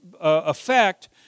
effect